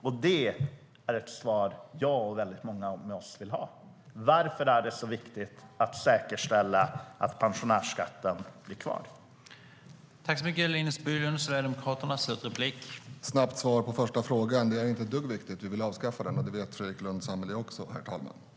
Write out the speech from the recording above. Varför är det så viktigt att säkerställa att pensionärsskatten blir kvar? Jag och väldigt många andra vill ha svar på den frågan.